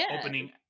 Opening